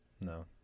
no